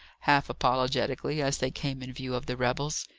half apologetically, as they came in view of the rebels.